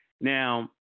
Now